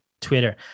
Twitter